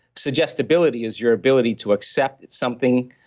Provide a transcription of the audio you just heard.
suggestibility is your ability to accept that something,